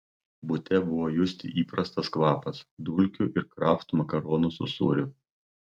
bute buvo justi įprastas kvapas dulkių ir kraft makaronų su sūriu